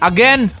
Again